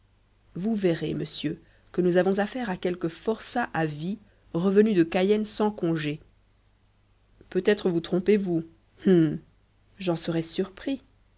vous verrez monsieur que nous avons affaire à quelque forçat à vie revenu de cayenne sans congé peut-être vous trompez-vous hum j'en serais surpris